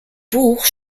buch